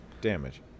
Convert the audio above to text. damage